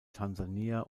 tansania